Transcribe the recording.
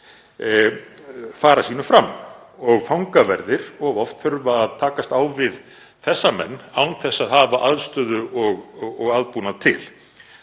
fara sínu fram og fangaverðir þurfa of oft að takast á við þessa menn án þess að hafa aðstöðu og aðbúnað til.